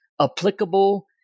applicable